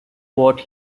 what